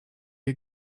you